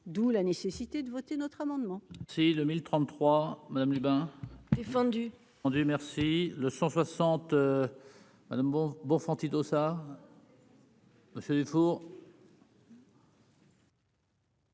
d'où la nécessité de voter notre amendement.